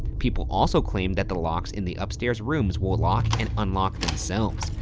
people also claim that the locks in the upstairs rooms will lock and unlock themselves,